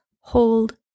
hold